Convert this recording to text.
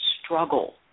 struggle